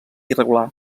irregular